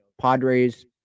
Padres